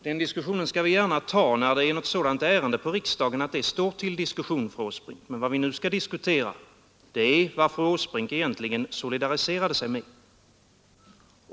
Herr talman! Den diskussionen skall vi gärna ta när det föreligger något sådant ärende på riksdagens bord att vi kan föra en diskussion. Vad vi nu skall diskutera är vad fru Åsbrink egentligen solidariserade sig med.